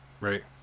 Right